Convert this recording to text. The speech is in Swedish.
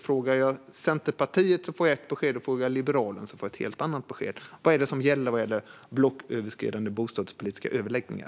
Frågar jag Centerpartiet får jag ett besked, och frågar jag Liberalerna får jag ett helt annat besked. Vad är det som gäller i fråga om blocköverskridande bostadspolitiska överläggningar?